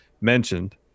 mentioned